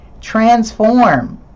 transform